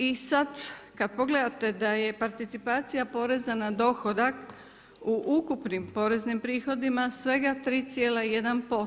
I sad kad pogledate, da je participacija poreza na dohodak u ukupnim poreznim prihodima, svega 3,1%